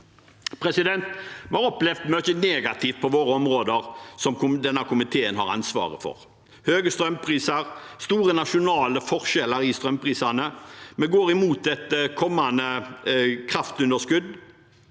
sokkel. Vi har opplevd mye negativt på våre områder som denne komiteen har ansvaret for: høye strømpriser og store nasjonale forskjeller i strømprisene, og vi går mot et kommende kraftunderskudd.